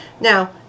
Now